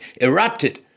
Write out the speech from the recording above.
erupted